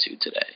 today